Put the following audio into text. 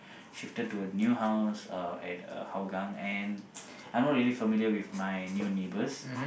shifted to a new house uh at uh Hougang and I'm not really familiar with my new neighbours